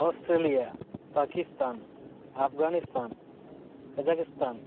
Australia Pakistan Afghanistan Kazakhstan